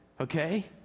Okay